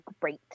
great